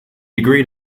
agreed